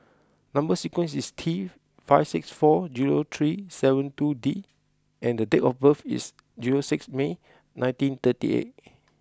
number sequence is T five six four zero three seven two D and the date of birth is zero six May nineteen thirty eight